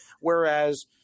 Whereas